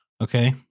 Okay